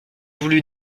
voulu